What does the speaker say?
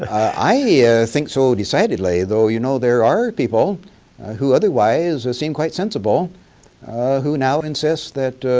i yeah think so decidedly. though, you know, there are people who otherwise seem quite sensible who now insist that,